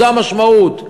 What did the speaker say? זו המשמעות,